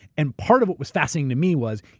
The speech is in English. and part of what was fascinating to me was